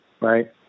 Right